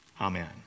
Amen